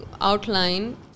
outline